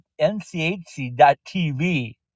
NCHC.TV